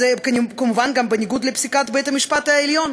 וכמובן גם בניגוד לפסיקת בית-המשפט העליון.